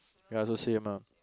ya so same ah